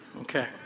Okay